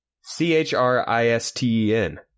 C-H-R-I-S-T-E-N